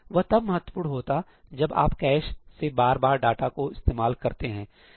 वह तब महत्वपूर्ण होता है जब आप कैश से बार बार डाटा का इस्तेमाल करते हैं